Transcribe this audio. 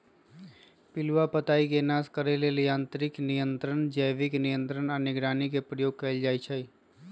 पिलुआ पताईके नाश करे लेल यांत्रिक नियंत्रण, जैविक नियंत्रण आऽ निगरानी के प्रयोग कएल जाइ छइ